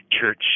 church